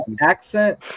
accent